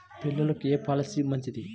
పిల్లలకు ఏ పొలసీ మంచిది?